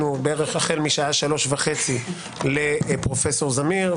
החל מ-15:30 לפרופ' זמיר.